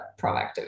proactive